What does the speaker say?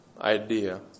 idea